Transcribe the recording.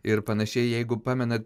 ir panašiai jeigu pamenat nu